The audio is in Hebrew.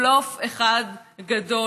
בלוף אחד גדול,